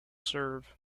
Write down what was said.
serve